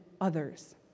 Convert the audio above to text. others